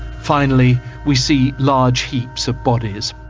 finally we see large heaps of bodies.